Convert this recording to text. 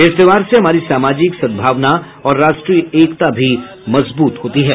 इस त्योहार से हमारी सामाजिक सद्भावना और राष्ट्रीय एकता भी मजबूत होती है